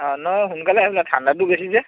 অ' নহয় সোনকালে আহিম ঠাণ্ডাটো বেছি যে